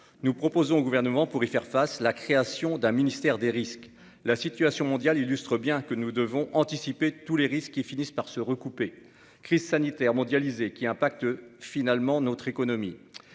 nous proposons au Gouvernement la création d'un ministère des risques. La situation mondiale nous montre que nous devons anticiper tous les risques, qui finissent par se recouper : crise sanitaire mondialisée, qui affecte notre économie